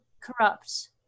corrupt